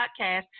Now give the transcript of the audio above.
podcast